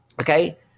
Okay